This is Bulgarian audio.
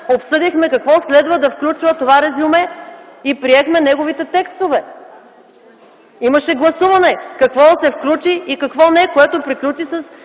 обсъдихме какво следва да включва това резюме и приехме неговите текстове. Имаше гласуване какво да се включи и какво не, което приключи,